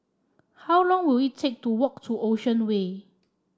how long will it take to walk to Ocean Way